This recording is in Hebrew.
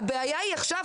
הבעיה היא עכשיו,